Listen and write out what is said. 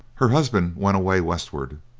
her husband went away westward,